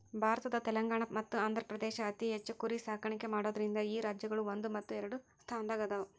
ಭಾರತದ ತೆಲಂಗಾಣ ಮತ್ತ ಆಂಧ್ರಪ್ರದೇಶ ಅತಿ ಹೆಚ್ಚ್ ಕುರಿ ಸಾಕಾಣಿಕೆ ಮಾಡೋದ್ರಿಂದ ಈ ರಾಜ್ಯಗಳು ಒಂದು ಮತ್ತು ಎರಡನೆ ಸ್ಥಾನದಾಗ ಅದಾವ